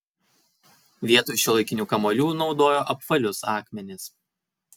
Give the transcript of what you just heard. vietoj šiuolaikinių kamuolių naudojo apvalius akmenis